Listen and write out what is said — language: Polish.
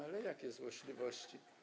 Ale jakie złośliwości?